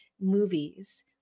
movies